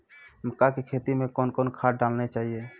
मक्का के खेती मे कौन कौन खाद डालने चाहिए?